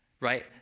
right